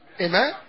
Amen